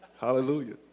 Hallelujah